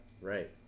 Right